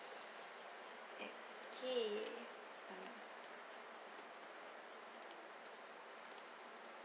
okay um